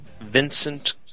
Vincent